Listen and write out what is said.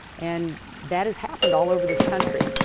and that has happened all over this country.